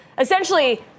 essentially